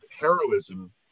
heroism